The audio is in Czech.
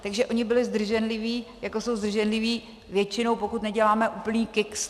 Takže oni byli zdrženliví, jako jsou zdrženliví většinou, pokud neděláme úplný kiks.